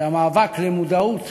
שהמאבק על המודעות